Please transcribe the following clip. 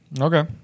Okay